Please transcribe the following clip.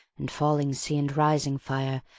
and falling sea and rising fire,